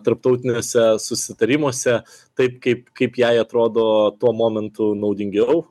tarptautiniuose susitarimuose taip kaip kaip jai atrodo tuo momentu naudingiau